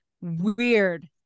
weird